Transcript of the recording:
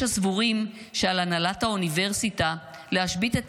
יש הסבורים שעל הנהלת האוניברסיטה להשבית את